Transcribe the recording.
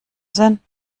sinn